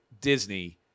Disney